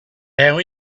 our